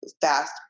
fast